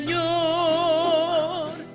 oh